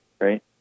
right